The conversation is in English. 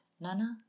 Nana